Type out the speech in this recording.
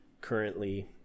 currently